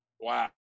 wow